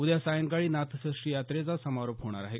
उद्या सायंकाळी नाथषष्ठी यात्रेचा समारोप होणार आहे